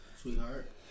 sweetheart